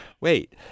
wait